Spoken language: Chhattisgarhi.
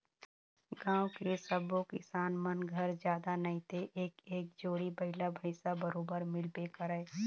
गाँव के सब्बो किसान मन घर जादा नइते एक एक जोड़ी बइला भइसा बरोबर मिलबे करय